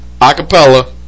acapella